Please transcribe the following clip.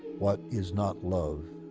what is not love,